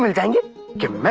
then you can